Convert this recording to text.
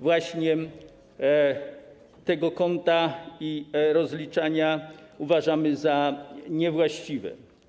właśnie tego konta i takie rozliczanie, uważamy za niewłaściwe.